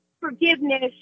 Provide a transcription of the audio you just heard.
forgiveness